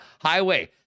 Highway